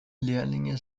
lehrlinge